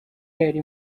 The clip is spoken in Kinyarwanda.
yari